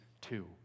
two